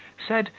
said,